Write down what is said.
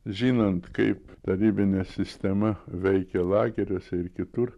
žinant kaip tarybinė sistema veikė lageriuose ir kitur